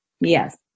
Yes